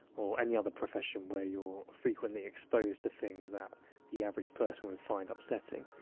or any other profession where you're frequently exposed to things that the average person would find upsetting,